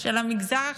של המגזר החרדי.